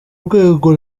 rwego